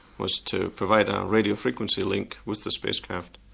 was to provide a radio-frequency link with the spacecraft.